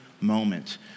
moment